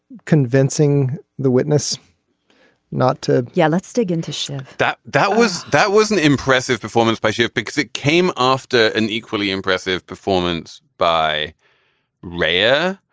convincing the witness not to yeah let's dig in to shift that that was that was an impressive performance by ship because it came after an equally impressive performance by rare.